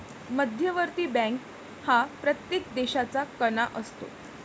मध्यवर्ती बँक हा प्रत्येक देशाचा कणा असतो